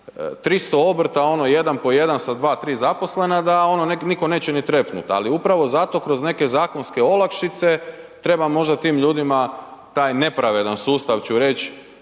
300 obrta, ono jedan po jedan sa 2, 3 zaposlena da ono nitko neće ni trepnut, ali upravo zato kroz neke zakonske olakšice treba možda tim ljudima taj nepravedan sustav ću reći,